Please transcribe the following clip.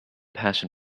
passion